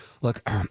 Look